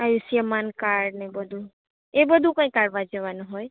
આયુષ્યમાન કાર્ડને બધું એ બધું ક્યાં કાઢવા જવાનું હોય